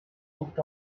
looked